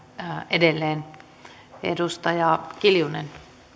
edelleen edustaja kiljunen arvoisa